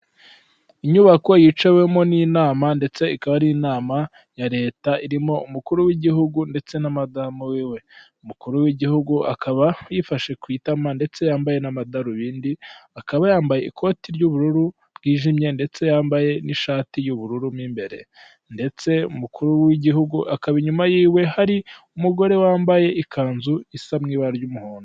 Inyubako yicawemo n'inama ndetse ikaba ariama ya leta irimo umukuru w'igihugu ndetse na madamu wiwe, umukuru w'igihugu akaba yifashe ku itama ndetse yambaye n'amadarubindi, akaba yambaye ikoti ry'ubururu bwijimye ndetse yambaye n'ishati y'ubururu mo imbere, ndetse umukuru w'igihugu akaba inyuma yiwe hari umugore wambaye ikanzu isa mu ibara ry'umuhondo.